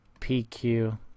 PQ